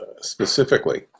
specifically